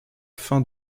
fin